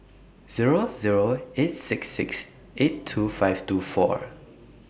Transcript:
Zero Zero eight six six eight two five two four